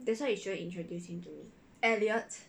that's why you shouldn't introduce him to me